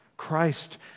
Christ